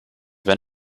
been